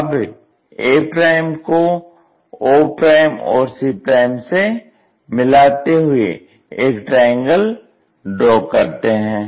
अब a को o और c से मिलाते हुए एक ट्रायंगल ड्रॉ करते हैं